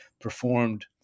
performed